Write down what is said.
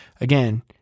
again